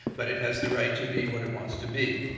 but it has the right to be what it wants to be.